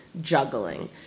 juggling